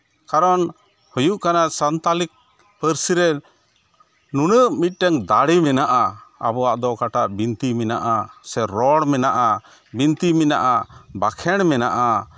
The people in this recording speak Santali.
ᱠᱟᱨᱚᱱ ᱦᱩᱭᱩᱜ ᱠᱟᱱᱟ ᱥ ᱟᱱᱛᱟᱞᱤ ᱯᱟᱹᱨᱥᱤ ᱨᱮ ᱱᱩᱱᱟᱹᱜ ᱢᱤᱫᱴᱮᱱ ᱫᱟᱲᱮ ᱢᱮᱱᱟᱜᱼᱟ ᱟᱵᱚᱣᱟᱜ ᱫᱚ ᱚᱠᱟᱴᱟᱜ ᱵᱤᱱᱛᱤ ᱢᱮᱱᱟᱜᱼᱟ ᱥᱮ ᱨᱚᱲ ᱢᱮᱱᱟᱜᱼᱟ ᱵᱤᱱᱛᱤ ᱢᱮᱱᱟᱜᱼᱟ ᱵᱟᱸᱠᱷᱮᱬ ᱢᱮᱱᱟᱜᱼᱟ